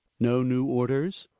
no new orders?